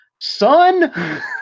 son